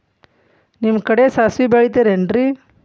ನಿಮ್ಮ ಕಡೆ ಸಾಸ್ವಿ ಬೆಳಿತಿರೆನ್ರಿ?